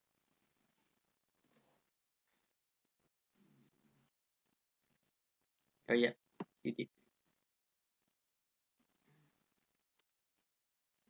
uh ya it is